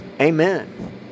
Amen